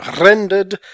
rendered